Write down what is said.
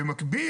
במקביל,